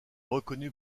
reconnu